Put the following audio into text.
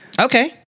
Okay